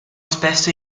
spesso